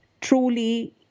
truly